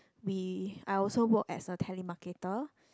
we I also work as a telemarketer